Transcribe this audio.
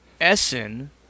Essen